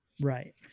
Right